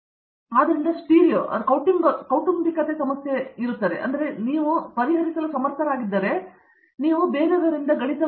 ದೀಪಾ ವೆಂಕಟೇಶ್ ಆದ್ದರಿಂದ ಸ್ಟೀರಿಯೋ ಕೌಟುಂಬಿಕತೆ ಸಮಸ್ಯೆಯನ್ನು ಅವರು ನೀಡಿದರೆ ನೀವು ಪರಿಹರಿಸಲು ಸಮರ್ಥರಾಗಿದ್ದರೆ ನಾವು ವಿದ್ಯಾರ್ಥಿಯಾಗಿ ನೋಡುತ್ತಿದ್ದೇವೆ